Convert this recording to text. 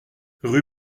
rue